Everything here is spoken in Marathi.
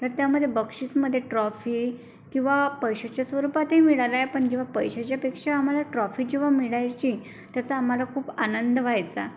तर त्यामध्ये बक्षीसमध्ये ट्रॉफी किंवा पैशाच्या स्वरूपातही मिळाला आहे पण जेव्हा पैशाच्यापेक्षा आम्हाला ट्रॉफी जेव्हा मिळायची त्याचा आम्हाला खूप आनंद व्हायचा